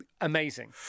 Amazing